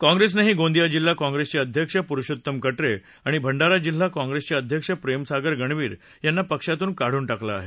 काँप्रेसनही गोंदिया जिल्हा काँप्रेसचे अध्यक्ष पुरुषोत्तम कटरे आणि भंडारा जिल्हा काँप्रेसचे अध्यक्ष प्रेमसागर गणवीर यांना पक्षातून काढून टाकलं आहे